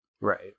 Right